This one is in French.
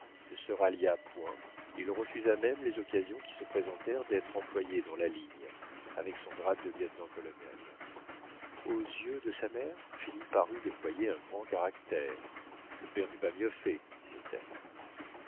ne se rallia point il refusa même les occasions qui se présentèrent d'être employé dans la ligne avec son grade de lieutenant-colonel aux yeux de sa mère philippe parut déployer un grand caractère le père n'eût pas mieux fait disait-elle